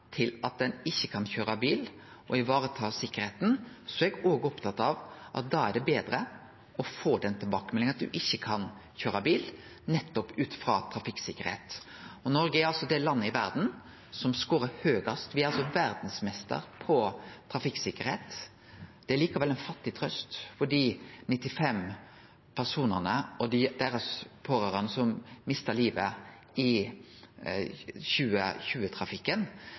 til at ein ikkje kan køyre bil og vareta sikkerheita, er eg opptatt av at da er det betre å få den tilbakemeldinga om at ein ikkje kan køyre bil, nettopp ut frå omsynet til trafikksikkerheit. Noreg er det landet i verda som skårar høgast; me er verdsmeistrar i trafikksikkerheit. Det er likevel ei fattig trøyst for dei 95 personane og deira pårørande som mista livet i